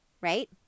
right